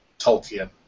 Tolkien